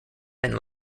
then